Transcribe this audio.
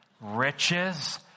riches